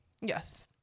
Yes